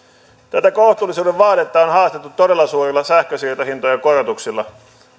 tätä kohtuullisuuden vaadetta on haastettu todella suurilla sähkönsiirtohintojen korotuksilla